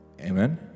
Amen